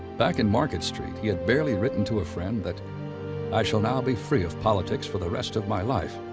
back in market street, he had barely written to a friend that i shall now be free of politics for the rest of my life.